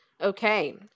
Okay